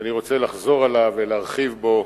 שאני רוצה לחזור עליו ולהרחיב בו,